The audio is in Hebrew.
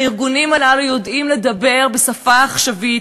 והארגונים הללו יודעים לדבר בשפה עכשווית,